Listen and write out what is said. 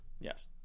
yes